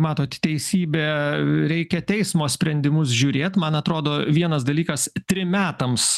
matot teisybė reikia teismo sprendimus žiūrėt man atrodo vienas dalykas trim metams